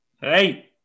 Hey